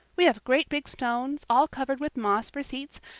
we have great big stones, all covered with moss, for seats,